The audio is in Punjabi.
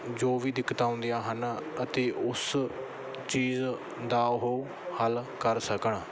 ਜੋ ਵੀ ਦਿੱਕਤਾਂ ਆਉਂਦੀਆਂ ਹਨ ਅਤੇ ਉਸ ਚੀਜ਼ ਦਾ ਉਹ ਹੱਲ ਕਰ ਸਕਣ